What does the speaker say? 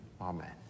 Amen